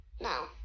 No